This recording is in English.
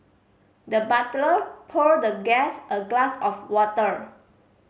the butler poured the guest a glass of water